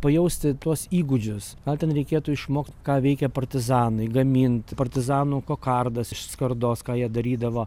pajausti tuos įgūdžius na ten reikėtų išmokt ką veikė partizanai gamint partizanų kokardas iš skardos ką jie darydavo